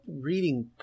reading